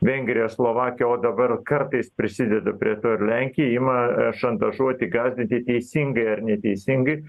vengrija slovakija o dabar kartais prisideda prie to ir lenkija ima šantažuoti gąsdinti teisingai ar neteisingai